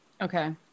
Okay